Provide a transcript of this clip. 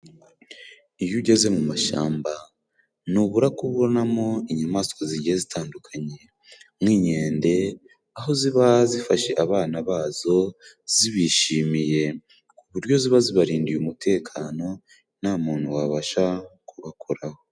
Iyo ugeze mu mashamba ntubura kubonamo inyamaswa zigiye zitandukanye nk'inkende aho ziba zifashe abana bazo zibishimiye kuburyo ziba zibarindiye umutekano nta muntu wabasha kubakoraho.